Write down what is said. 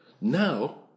Now